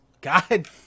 God